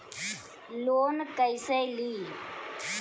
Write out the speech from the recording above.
Loan कईसे ली?